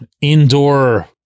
indoor